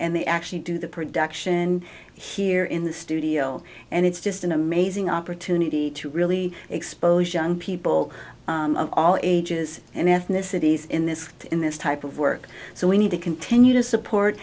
and they actually do the production here in the studio and it's just an amazing opportunity to really exposure on people of all ages and ethnicities in this in this type of work so we need to continue to support